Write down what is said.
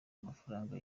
amafaranga